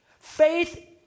Faith